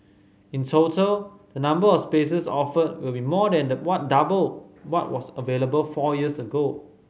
in total the number of spaces offered will be more than the what double what was available four years ago